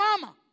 mama